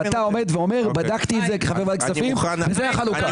ואתה עומד ואומר: בדקתי את זה כחבר ועדת כספים וזו החלוקה.